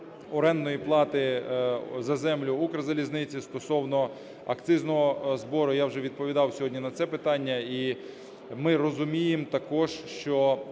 орендної плати за землю Укрзалізниці, стосовно акцизного збору, я вже відповідав сьогодні на це питання. І ми розуміємо також, що